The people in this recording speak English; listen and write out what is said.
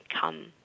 come